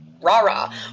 rah-rah